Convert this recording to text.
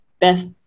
best